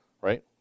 right